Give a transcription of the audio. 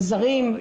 רגיל.